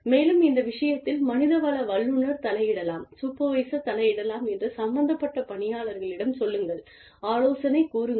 மேலும் இந்த விஷயத்தில் மனிதவள வல்லுநர் தலையிடடலாம் சூப்ரவைசர் தலையிடலாம் என்று சம்பந்தப்பட்ட பணியாளர்களிடம் சொல்லுங்கள் ஆலோசனை கூறுங்கள்